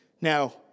Now